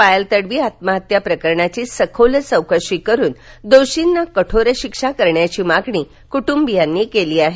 पायल तडवी आत्महत्या प्रकरणाची सखोल चौकशी करुन दोषींना कठोर शिक्षा करण्याची मागणी कुटुंबीयांनी केली आहे